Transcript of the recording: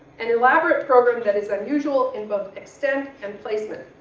and elaborate program that is unusual in both extent and placement.